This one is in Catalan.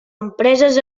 empreses